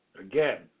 Again